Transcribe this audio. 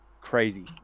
crazy